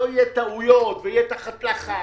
אני הולך על עוד חודש כדי שלא יהיו טעויות ושלא יהיה תחת לחץ.